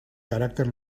carácter